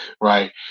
Right